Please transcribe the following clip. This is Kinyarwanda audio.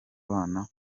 abana